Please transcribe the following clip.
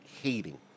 hating